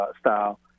style